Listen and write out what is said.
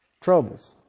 troubles